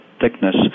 thickness